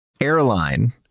airline